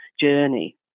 journey